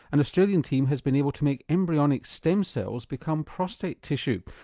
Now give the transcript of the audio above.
an australian team has been able to make embryonic stem cells become prostate tissue.